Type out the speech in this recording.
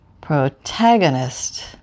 protagonist